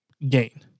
gain